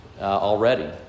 already